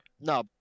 No